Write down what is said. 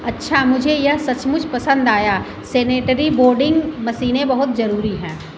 अच्छा मुझे यह सचमुच पसंद आया सेनेटरी वोडिंग मशीनें बहुत ज़रूरी हैं